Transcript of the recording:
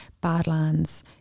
Badlands